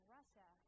Russia